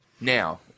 Now